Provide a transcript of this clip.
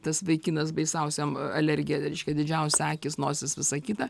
tas vaikinas baisiausiam alergija reiškia didžiausia akys nosis visa kita